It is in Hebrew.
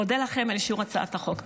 אודה לכם על אישור הצעת החוק.